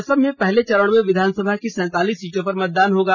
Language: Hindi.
असम में पहले चरण में विधानसभा की सैंतालिस सीटों पर मतदान होगा